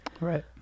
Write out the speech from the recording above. Right